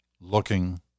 looking